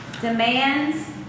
demands